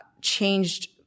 changed